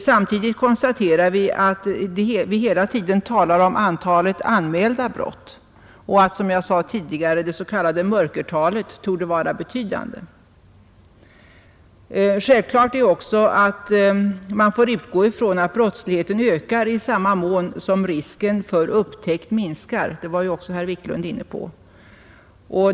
Samtidigt noteras att man hela tiden talar om antalet anmälda brott och att, som jag sade tidigare, det s.k. mörkertalet torde vara betydande. Självklart är också att man får utgå från att brottsligheten ökar i samma mån som riskerna för upptäckt minskar; detta var också herr Wiklund inne på.